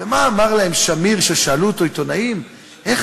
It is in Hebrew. ומה אמר להם שמיר כששאלו אותו עיתונאים: איך